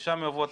אני מסכימה אתך.